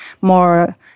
more